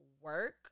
work